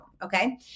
Okay